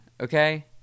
Okay